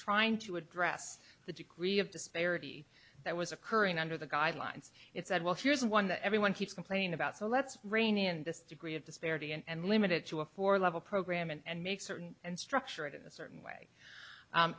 trying to address the degree of disparity that was occurring under the guidelines it said well here's one that everyone keeps complaining about so let's raney and this degree of disparity and limit it to a four level program and make certain and structure it in a certain way